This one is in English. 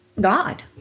God